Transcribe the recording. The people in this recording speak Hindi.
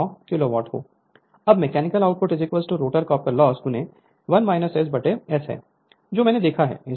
Refer Slide Time 2242 अब mechanical output rotor copper loss 1 S S है जो मैंने देखा है